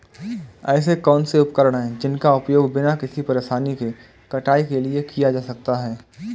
ऐसे कौनसे उपकरण हैं जिनका उपयोग बिना किसी परेशानी के कटाई के लिए किया जा सकता है?